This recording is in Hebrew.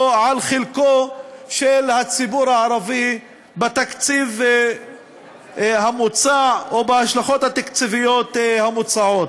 או על חלקו של הציבור הערבי בתקציב המוצע או בהשלכות התקציביות המוצעות.